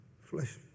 Flesh